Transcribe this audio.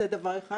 זה דבר אחד.